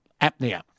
apnea